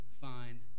find